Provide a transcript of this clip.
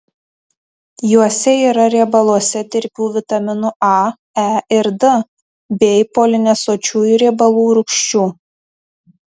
juose yra riebaluose tirpių vitaminų a e ir d bei polinesočiųjų riebalų rūgščių